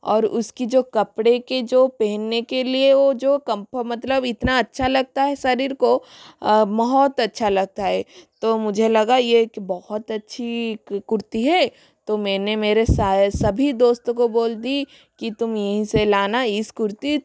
और उसकी जो कपड़े के जो पहनने के लिये वह जो कम्फर मतलब इतना अच्छा लगता है सरीर को बहुत अच्छा लगता है तो मुझे लगा यह कि बहुत अच्छी कुर्ती है तो मैंने मेरे सा सभी दोस्तों को बोल दी कि तुम यहीं से लाना इस कुर्ती